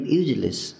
useless